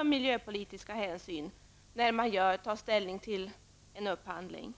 och miljöpolitiska hänsyn måste kunna vägas in när man tar ställning till en upphandling.